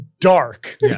dark